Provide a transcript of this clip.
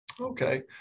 Okay